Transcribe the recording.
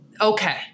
okay